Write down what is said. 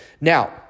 Now